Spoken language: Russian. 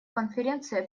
конференция